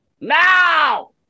now